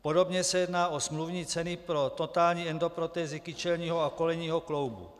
Podobně se jedná o smluvní ceny pro totální endoprotézy kyčelního a kolenního kloubu.